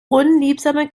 unliebsame